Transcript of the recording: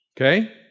okay